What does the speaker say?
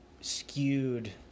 skewed